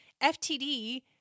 FTD